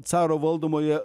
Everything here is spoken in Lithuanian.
caro valdomoje